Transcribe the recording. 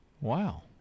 Wow